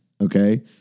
Okay